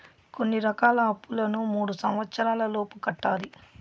కొన్ని రకాల అప్పులను మూడు సంవచ్చరాల లోపు కట్టాలి